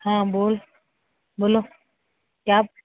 हां बोल बोलो क्या